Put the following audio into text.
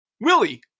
Willie